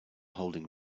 holding